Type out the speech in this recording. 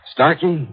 Starkey